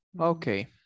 Okay